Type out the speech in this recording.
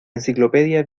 enciclopedia